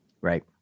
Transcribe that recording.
right